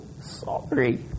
sorry